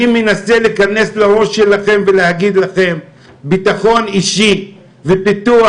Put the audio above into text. אני מנסה להיכנס לראש שלכם ולהגיד לכם: ביטחון אישי ופיתוח